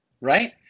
right